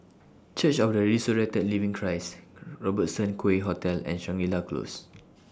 Church of The Resurrected Living Christ Robertson Quay Hotel and Shangri La Close